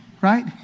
Right